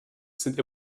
sind